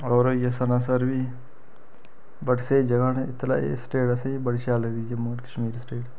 होर होई गेआ सनासर बी बड़ी स्हेई जगह् न एह् स्टेट असेंगी बड़ी शैल लगदी जम्मू ऐंड कश्मीर